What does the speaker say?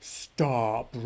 stop